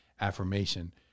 affirmation